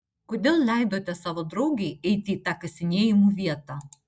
kodėl leidote savo draugei eiti į tą kasinėjimų vietą